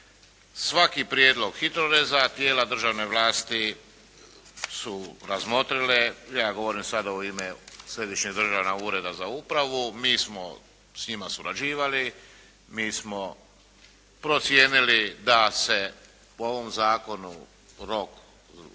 svaki prijedlog HITRORez-a tijela državne vlasti su razmotrile. Ja govorim sada u ime Središnjeg državnog ureda za upravu. Mi smo s njima surađivali. Mi smo procijenili da se po ovom zakonu rok lex specialis